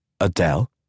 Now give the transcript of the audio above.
Adele